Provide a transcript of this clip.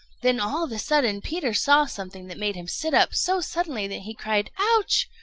then all of a sudden peter saw something that made him sit up so suddenly that he cried ouch!